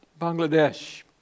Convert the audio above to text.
Bangladesh